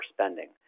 spending